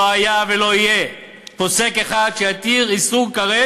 לא היה ולא יהיה פוסק אחד שיתיר איסור כרת,